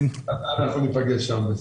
אנחנו ניפגש שם.